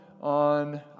on